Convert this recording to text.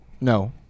No